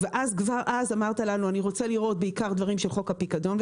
כבר אז אמרת לנו שאתה רוצה לראות בעיקר דברים של חוק הפיקדון,